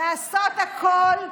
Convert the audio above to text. לעשות הכול,